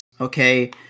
Okay